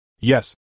Yes